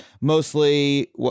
mostly